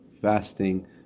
Fasting